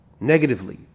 negatively